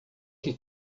que